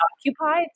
occupied